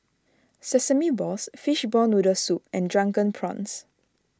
Sesame Balls Fishball Noodle Soup and Drunken Prawns